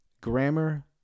grammar